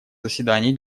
заседаний